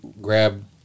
grab